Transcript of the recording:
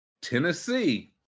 Tennessee